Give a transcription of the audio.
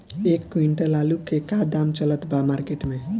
एक क्विंटल आलू के का दाम चलत बा मार्केट मे?